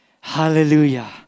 Hallelujah